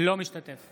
אינו משתתף